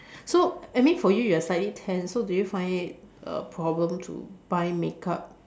so I mean for you you are slightly tanned so do you find it a problem to buy makeup